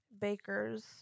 Baker's